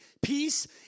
Peace